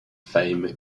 fame